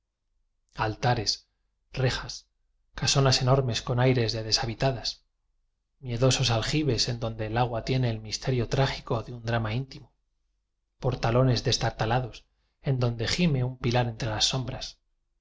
altares rejas casonas enormes con aires de deshabitadas miedosos aljibes en don de el agua tiene el misterio trágico de un drama íntimo portalones destartalados en donde gime un pilar entre las sombras